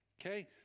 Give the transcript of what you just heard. Okay